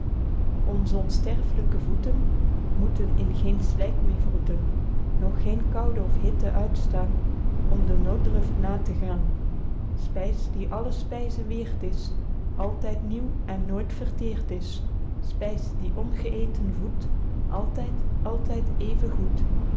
onze onsterfelyke voeten moeten in geen slyk meer wroeten noch geen koude of hitte uitstaen om den nooddruft na te gaen spys die alle spyzen weerd is altyd nieuw en nooit verteerd is spys die ongeëten voedt altyd altyd even goed